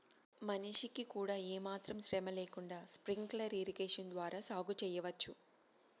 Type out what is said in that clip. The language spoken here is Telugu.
మనిషికి కూడా ఏమాత్రం శ్రమ లేకుండా స్ప్రింక్లర్ ఇరిగేషన్ ద్వారా సాగు చేయవచ్చు